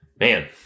Man